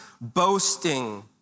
boasting